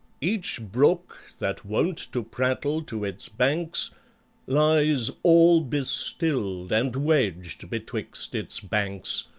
each brook that wont to prattle to its banks lies all bestilled and wedged betwixt its banks,